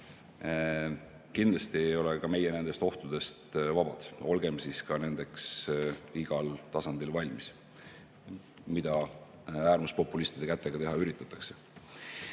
Kindlasti ei ole ka meie nendest ohtudest vabad. Olgem siis igal tasandil valmis selleks, mida äärmuspopulistide kätega teha üritatakse.